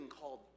called